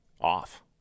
off